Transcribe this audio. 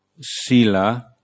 sila